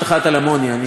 אני אשנה את הסדר,